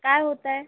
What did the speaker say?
काय होतं आहे